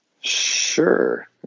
Sure